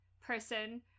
person